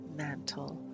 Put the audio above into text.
mantle